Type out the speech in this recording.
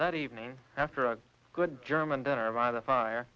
that evening after a good german dinner by the fire